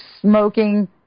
smoking